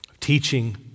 teaching